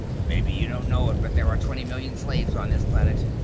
maybe you don't know it, but there are twenty million slaves on this planet.